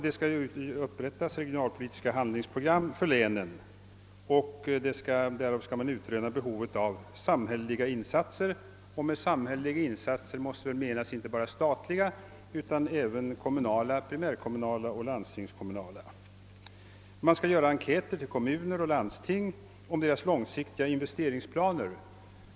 Det skall utarbetas regionalpolitiska handlingsprogram för länen, varvid man skall utröna behovet av samhälleliga insatser — och med sådana måste väl menas inte bara statliga utan även primärkommunala och landstingskommunala insatser. Man skall vidare göra enkäter hos kommuner och landsting om deras långsiktiga investeringsplaner.